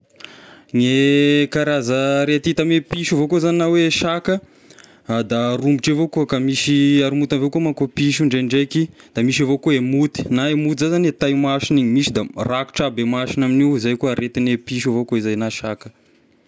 Gne karaza arety hita ame piso avao koa na hoe saka da romotra avao koa, ka misy haromonta avao koa manko piso io indraindraiky, da misy avao koa himoty, na himoty zay zagny tai-masony igny, misy da rakotra aby e masogny amin'io, zay koa arety ny piso avao koa zay na saka.